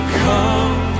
come